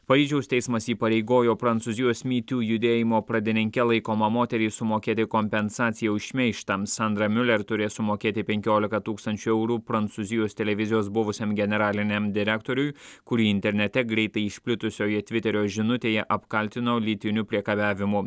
paryžiaus teismas įpareigojo prancūzijos me too judėjimo pradininke laikoma moterį sumokėti kompensaciją už šmeižtą sandra miuler turės sumokėti penkiolika tūkstančių eurų prancūzijos televizijos buvusiam generaliniam direktoriui kurį internete greitai išplitusioje tviterio žinutėje apkaltino lytiniu priekabiavimu